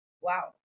Wow